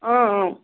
اۭں اۭں